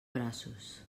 braços